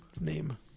name